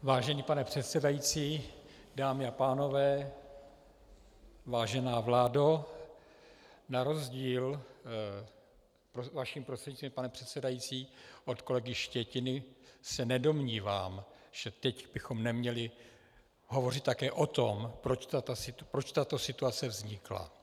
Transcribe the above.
Vážený pane předsedající, dámy a pánové, vážená vládo, na rozdíl vaším prostřednictvím pane předsedající od kolegy Štětiny se nedomnívám, že teď bychom neměli hovořit také o tom, proč tato situace vznikla.